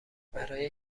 برای